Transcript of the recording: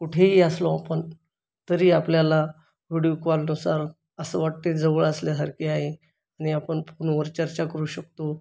कुठेही असलो आपण तरी आपल्याला व्हिडीओ कॉलनुसार असं वाटते जवळ असल्यासारखे आहे आणि आपण फोनवर चर्चा करू शकतो